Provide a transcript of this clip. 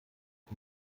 ich